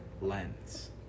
lens